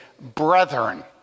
brethren